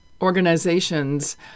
organizations